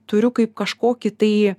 turiu kaip kažkokį tai